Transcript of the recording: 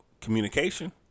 communication